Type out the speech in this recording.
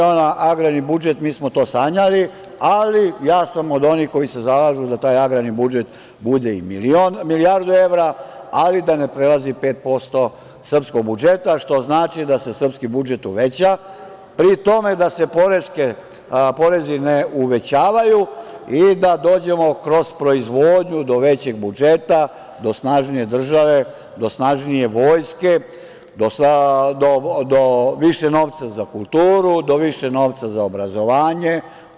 Agrarni budžet 500 miliona, mi smo to sanjali, ali ja sam od onih koji se zalažu da taj agrarni budžet bude i milijardu evra, ali da ne prelazi 5% srpskog budžeta, što znači da se srpski budžet uveća, pri tome da se porezi ne uvećavaju i da dođemo kroz proizvodnju do većeg budžeta, do snažnije države, do snažnije vojske, do više novca za kulturu, do više novca za obrazovanje.